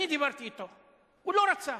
אני דיברתי אתו, הוא לא רצה.